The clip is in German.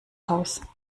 haus